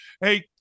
Hey